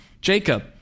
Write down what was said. Jacob